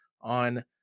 on